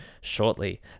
shortly